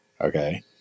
okay